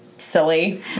silly